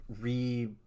re